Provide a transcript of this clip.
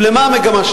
מגוריהם, אך מה על אלה